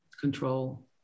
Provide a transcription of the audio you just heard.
control